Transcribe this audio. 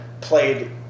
played